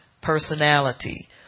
personality